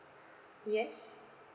yes